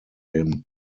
him